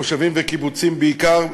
במושבים ובקיבוצים בעיקר,